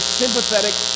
sympathetic